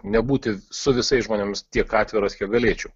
nebūti su visais žmonėmis tiek atviros kiek galėčiau